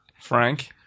Frank